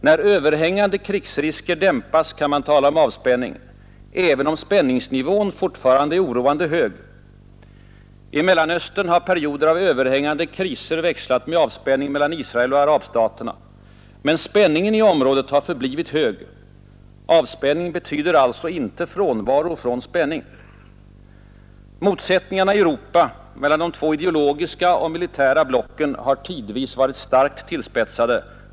När överhängande krigsrisker dämpas, kan man tala om avspänning, även om spänningsnivån fortfarande är oroande hög. I Mellersta Östern har perioder av överhängande kriser växlat med avspänning mellan Israel och arabstaterna. Men spänningen i området har förblivit hög. Avspänning betyder alltså inte frånvaro av spänning. Motsättningarna i Europa mellan de två ideologiska och militära blocken har tidvis varit starkt tillspetsade.